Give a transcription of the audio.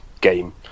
game